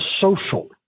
social